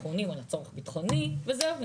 אנחנו עונים על הצורך הביטחוני וזהו.